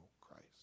Christ